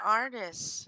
artists